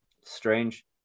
strange